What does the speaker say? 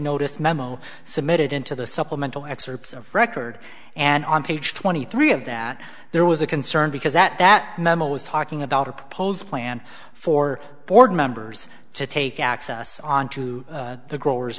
notice memo submitted into the supplemental excerpts of record and on page twenty three of that there was a concern because at that memo was talking about a proposed plan for board members to take access on to the growers